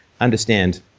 understand